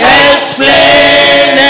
explain